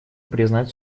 признать